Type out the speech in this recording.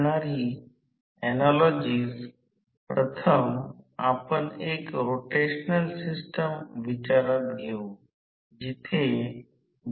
कधीकधी विंडीग आणि घर्षण नुकसान म्हणजे रोटेशनल तोटा होय ज्याचे यापैकी काही दिले जाईल